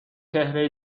چهره